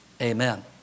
Amen